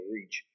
Reach